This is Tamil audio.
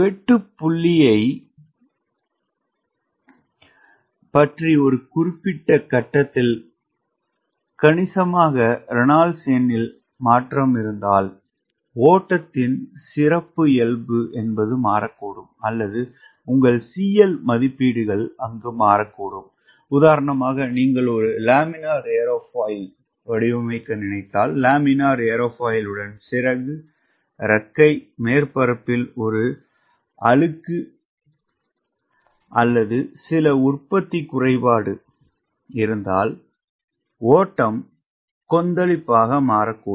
வெட்டுப்புள்ளியைப் பற்றி ஒரு குறிப்பிட்ட கட்டத்தில் கணிசமாக ரெனால்ட்ஸ் எண்ணில் மாற்றம் இருந்தால் ஓட்டத்தின் சிறப்பியல்பு மாறக்கூடும் அல்லது உங்கள் CL மதிப்பீடுகள் மாறக்கூடும் உதாரணமாக நீங்கள் ஒரு லேமினார் ஏரோஃபாயில் வடிவமைக்க நினைத்தால் லேமினார் ஏரோஃபாயிலுடன் சிறகு இறக்கை மேற்பரப்பில் ஒரு அழுக்கு அல்லது சில உற்பத்தி குறைபாடு இருந்தால் ஓட்டம் கொந்தளிப்பாக மாறக்கூடும்